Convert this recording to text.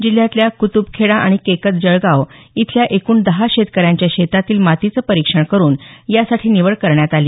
जिल्ह्यातल्या कृतूब खेडा आणि केकत जळगाव इथल्या एकूण दहा शेतकऱ्यांच्या शेतातील मातीचं परिक्षण करून यासाठी निवड करण्यात आली